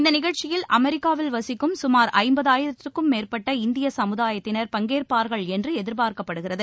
இந்த நிகழ்ச்சியில் அமெரிக்காவில் வசிக்கும் குமார் ஜம்பதாயிரத்திற்கும் மேற்பட்ட இந்திய சமுதாயத்தினர் பங்கேற்பார்கள் என்று எதிர்பார்க்கப்படுகிறது